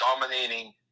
dominating